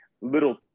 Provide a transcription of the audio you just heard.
little